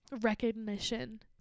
recognition